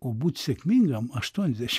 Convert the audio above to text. o būt sėkmingam aštuoniasdešimt